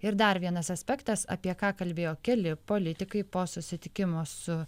ir dar vienas aspektas apie ką kalbėjo keli politikai po susitikimo su